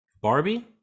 barbie